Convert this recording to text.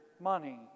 money